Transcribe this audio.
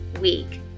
week